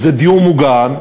זה דיור מוגן,